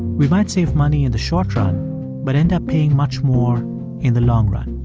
we might save money in the short run but end up paying much more in the long run.